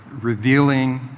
revealing